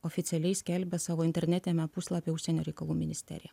oficialiai skelbia savo internetiniame puslapyje užsienio reikalų ministerija